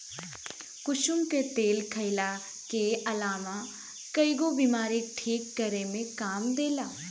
कुसुम के तेल खाईला के अलावा कईगो बीमारी के ठीक करे में काम देला